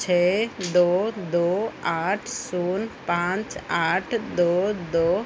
छः दो दो आठ शून्य पाँच आठ दो दो